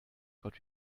but